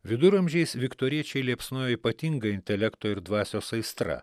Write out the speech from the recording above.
viduramžiais viktoriečiai liepsnojo ypatinga intelekto ir dvasios aistra